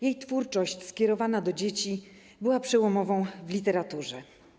Jej twórczość skierowana do dzieci była przełomowa w literaturze.